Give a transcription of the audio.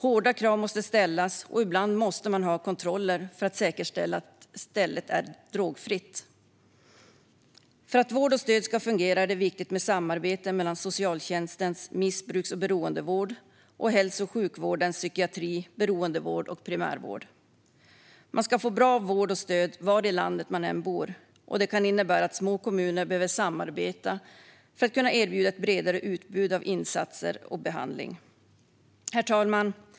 Hårda krav måste ställas, och ibland måste man ha kontroller för att säkerställa att stället är drogfritt. För att vård och stöd ska fungera är det viktigt med samarbete mellan socialtjänstens missbruks och beroendevård och hälso och sjukvårdens psykiatri, beroendevård och primärvård. Man ska få bra vård och stöd var i landet man än bor, och det kan innebära att små kommuner behöver samarbeta för att kunna erbjuda ett bredare utbud av insatser och behandling. Herr talman!